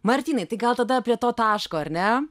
martynai tai gal tada prie to taško ar ne